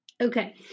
Okay